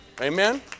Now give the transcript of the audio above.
amen